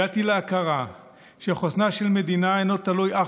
הגעתי להכרה שחוסנה של מדינה אינו תלוי אך